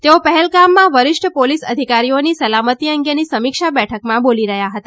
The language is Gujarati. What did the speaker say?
તેઓ પહલગામમાં વરિષ્ઠ પોલિસ અધિકારીઓની સલામતી અંગેની સમીક્ષા બેઠકમાં બોલી રહ્યા હતા